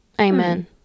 Amen